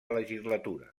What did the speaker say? legislatura